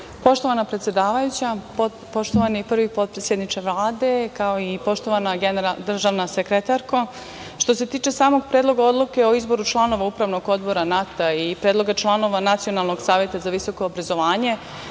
predsedavajuća, poštovani prvi potpredsedniče Vlade, kao i poštovana državna sekretarko, što se tiče samog Predloga odluke o izboru članova UO NAT-a i Predloga članova Nacionalnog saveta za visoko obrazovanje,